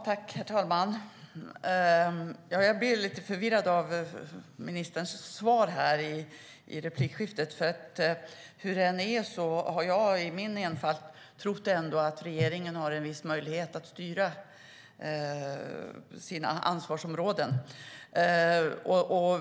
Herr talman! Jag blir lite förvirrad av ministerns svar. Jag har, i min enfald, ändå trott att regeringen har viss möjlighet att styra sina ansvarsområden.